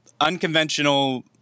unconventional